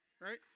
right